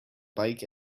bike